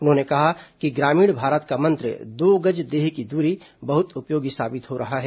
उन्होंने कहा कि ग्रामीण भारत का मंत्र दो गज देह की दूरी बहुत उपयोगी साबित हो रहा है